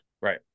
Right